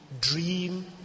dream